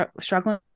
struggling